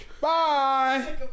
Bye